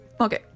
okay